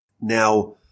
Now